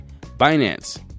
Binance